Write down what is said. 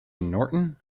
norton